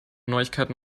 neuigkeiten